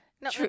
no